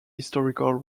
historical